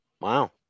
Wow